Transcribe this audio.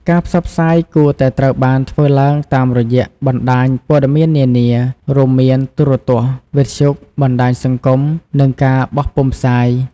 ការផ្សព្វផ្សាយគួរតែត្រូវបានធ្វើឡើងតាមរយៈបណ្តាញព័ត៌មាននានា រួមមានទូរទស្សន៍ វិទ្យុ បណ្តាញសង្គម និងការបោះពុម្ពផ្សាយ។